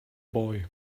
boy